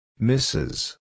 Misses